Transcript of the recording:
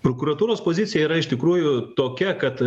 prokuratūros pozicija yra iš tikrųjų tokia kad